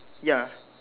ya